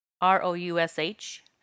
R-O-U-S-H